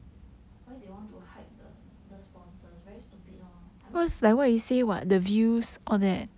why they want to hide the the sponsors very stupid lor I mean